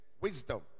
wisdom